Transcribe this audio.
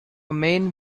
man